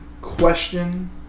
question